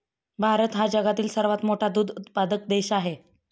भारत हा जगातील सर्वात मोठा दूध उत्पादक देश आहे